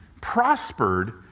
prospered